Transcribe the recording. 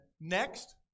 Next